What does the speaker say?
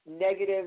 Negative